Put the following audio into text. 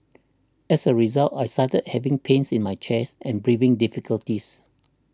as a result I started having pains in my chest and breathing difficulties